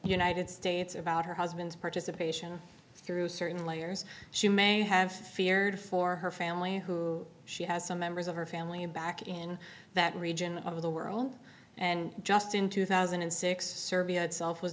united states about her husband's participation through certain layers she may have feared for her family who she has some members of her family back in that region of the world and just in two thousand and six serbia itself was